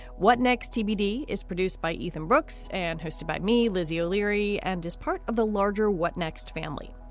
what next? tbd is produced by ethan brooks and hosted by me, lizzie o'leary, and is part of the larger what next family.